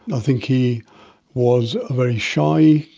i think he was a very shy,